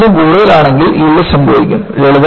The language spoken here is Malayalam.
ഇത് ഇതിലും കൂടുതലാണെങ്കിൽ യീൽഡ് സംഭവിക്കും